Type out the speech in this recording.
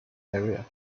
area